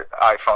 iPhone